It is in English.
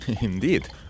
Indeed